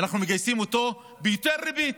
ואנחנו מגייסים אותו ביותר ריבית.